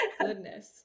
goodness